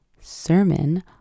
sermon